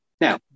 Now